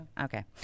okay